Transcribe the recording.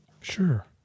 Sure